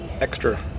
extra